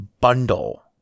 Bundle